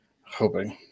Hoping